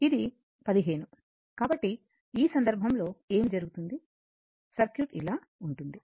ఇది 15 కాబట్టి ఈ సందర్భంలో ఏమి జరుగుతుంది సర్క్యూట్ ఇలా ఉంటుంది